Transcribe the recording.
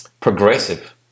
progressive